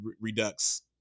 redux